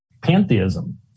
pantheism